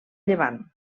llevant